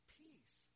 peace